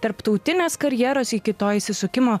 tarptautinės karjeros iki to įsisukimo